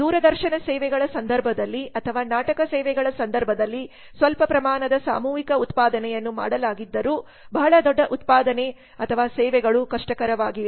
ದೂರದರ್ಶನ ಸೇವೆಗಳ ಸಂದರ್ಭದಲ್ಲಿ ಅಥವಾ ನಾಟಕ ಸೇವೆಗಳ ಸಂದರ್ಭದಲ್ಲಿ ಸ್ವಲ್ಪ ಪ್ರಮಾಣದ ಸಾಮೂಹಿಕ ಉತ್ಪಾದನೆಯನ್ನು ಮಾಡಲಾಗಿದ್ದರೂ ಬಹಳ ದೊಡ್ಡ ಉತ್ಪಾದನೆ ಅಥವಾ ಸೇವೆಗಳು ಕಷ್ಟಕರವಾಗಿದೆ